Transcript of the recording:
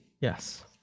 Yes